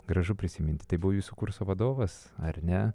gražu prisiminti tai buvo jūsų kurso vadovas ar ne